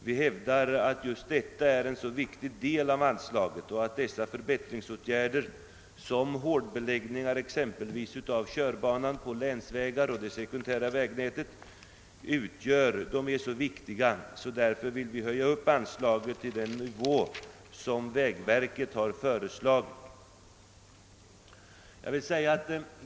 Vi hävdar att just detta är en så viktig del av ansla-. get och att de förbättringar som hårdbeläggning av körbanan på länsvägar och det sekundära vägnätet utgör är så betydelsefulla, att vi vill höja anslaget till den nivå som vägverket föreslagit.